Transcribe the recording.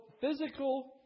physical